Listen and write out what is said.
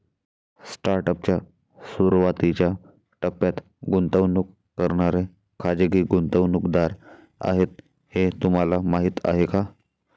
Startup च्या सुरुवातीच्या टप्प्यात गुंतवणूक करणारे खाजगी गुंतवणूकदार आहेत हे तुम्हाला माहीत आहे का?